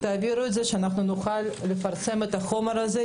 תעבירו אותם כדי שנוכל לפרסם את החומר הזה,